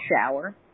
shower